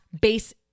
base